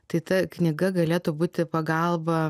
tai ta knyga galėtų būti pagalba